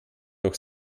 doch